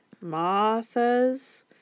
Martha's